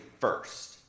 first